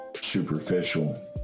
superficial